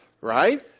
Right